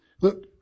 Look